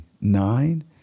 nine